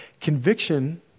Conviction